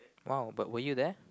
!wow! but were you there